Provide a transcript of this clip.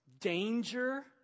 danger